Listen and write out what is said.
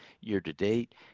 year-to-date